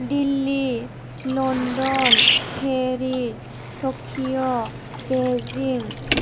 Delhi London Paris Tokyo Beijing